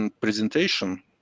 presentation